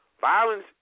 violence